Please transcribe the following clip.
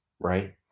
Right